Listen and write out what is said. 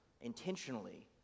intentionally